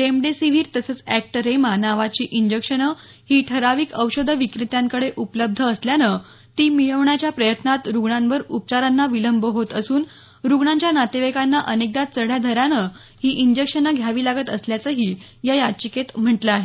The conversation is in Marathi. रेमडेसिवीर तसंच अॅक्टेरमा नावाची इंजेक्शन ही ठराविक औषध विक्रेत्यांकडे उपलब्ध असल्यानं ती मिळवण्याच्या प्रयत्नात रुग्णावर उपचारांना विलंब होत असून रुग्णांच्या नातेवाईकांना अनेकदा चढ्या दरानं ही इंजेक्शन घ्यावी लागत असल्याचंही या याचिकेत म्हटलं आहे